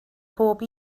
bob